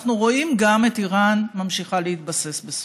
אנחנו רואים גם את איראן ממשיכה להתבסס בסוריה.